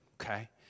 okay